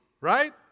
right